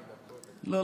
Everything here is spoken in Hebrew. היושב-ראש --- לא,